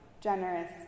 generous